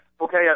okay